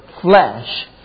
flesh